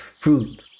fruit